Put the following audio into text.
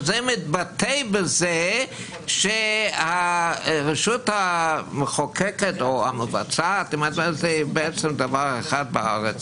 וזה מתבטא בזה שהרשות המחוקקת או המבצעת זה בעצם דבר אחד בארץ